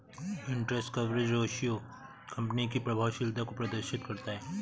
interest coverage ratio company की प्रभावशीलता को प्रदर्शित करता है